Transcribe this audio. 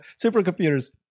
supercomputers